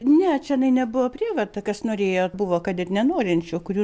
ne čianai nebuvo prievarta kas norėjo buvo kad ir nenorinčių kurių